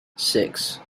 six